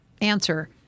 Answer